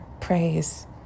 praise